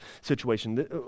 situation